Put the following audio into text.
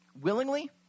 willingly